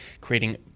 creating